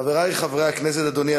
והבריאות נתקבלה.